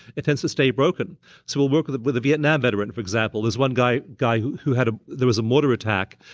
it tends to stay broken so we'll work with with a vietnam veteran, for example. there's one guy guy who who had a. there was a mortar attack.